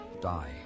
die